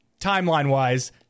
timeline-wise